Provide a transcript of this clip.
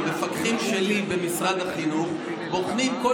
המפקחים שלי במשרד החינוך בוחנים כל